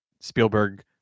Spielberg